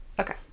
Okay